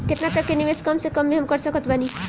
केतना तक के निवेश कम से कम मे हम कर सकत बानी?